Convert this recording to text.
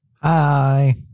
hi